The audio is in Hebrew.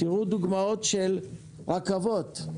תראו דוגמאות של רכבות.